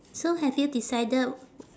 so have you decided